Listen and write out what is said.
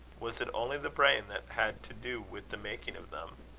was it only the brain that had to do with the making of them?